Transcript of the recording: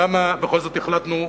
למה בכל זאת החלטנו?